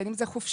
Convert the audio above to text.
בין אם זו חופשה,